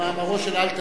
כמאמרו של אלתרמן.